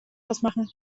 ausmachen